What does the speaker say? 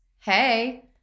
hey